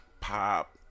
pop